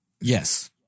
Yes